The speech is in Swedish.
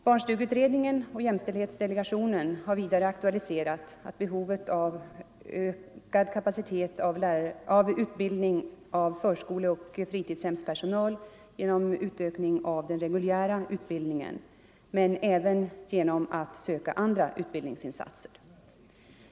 Barnstugeutredningen och jämställdhetsdelegationen har vidare aktualiserat behovet av ökad kapacitet av utbildning av förskoleoch fritidshemspersonal genom utökning av den reguljära utbildningen men även genom att söka andra utbildningsinsatser.